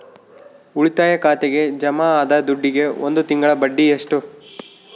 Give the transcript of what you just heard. ಉಳಿತಾಯ ಖಾತೆಗೆ ಜಮಾ ಆದ ದುಡ್ಡಿಗೆ ಒಂದು ತಿಂಗಳ ಬಡ್ಡಿ ಎಷ್ಟು?